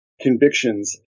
convictions